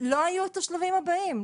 לא היו את השלבים הבאים.